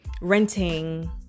renting